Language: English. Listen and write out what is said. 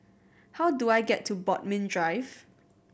how do I get to Bodmin Drive